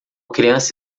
criança